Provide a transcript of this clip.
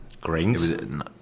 Grains